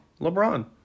LeBron